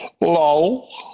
Lol